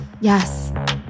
Yes